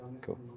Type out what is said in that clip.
cool